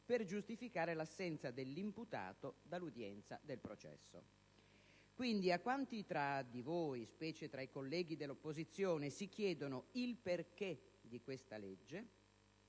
per giustificare l'assenza dell'imputato dall'udienza del processo. Quindi, a quanti tra di voi, specie tra i colleghi dell'opposizione, si chiedono il perché di questa legge,